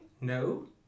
No